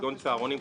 כגון צהרונים,